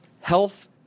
health